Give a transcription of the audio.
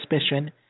suspicion